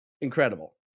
incredible